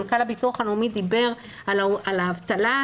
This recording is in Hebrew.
מנכ"ל הביטוח הלאומי דיבר על האבטלה,